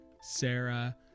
Sarah